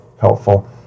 helpful